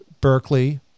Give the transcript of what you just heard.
Berkeley